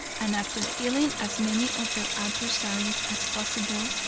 and after killing as many of their adversaries as possible,